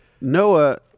Noah